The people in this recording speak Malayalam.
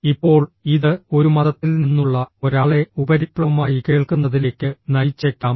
ഇപ്പോൾ ഇത് ഒരു മതത്തിൽ നിന്നുള്ള ഒരാളെ ഉപരിപ്ലവമായി കേൾക്കുന്നതിലേക്ക് നയിച്ചേക്കാം